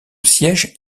siège